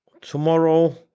tomorrow